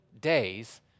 days